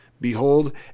Behold